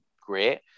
great